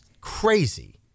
crazy